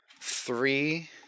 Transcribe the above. three